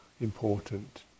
important